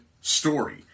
story